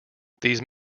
these